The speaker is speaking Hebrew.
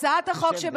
חברת הכנסת שיר.